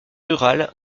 rurales